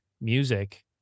music